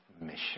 mission